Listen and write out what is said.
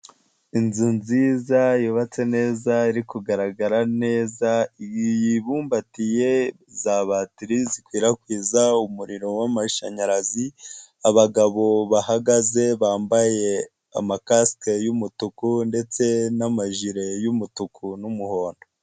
Inzu nziza yubatse neza iri kugaragara neza, yibumbatiye za bateri zikwirakwiza umuriro w'amashanyarazi. Abagabo bahagaze bambaye amakasike y'umutuku ndetse n'amajire y'umutuku n'umuhondo.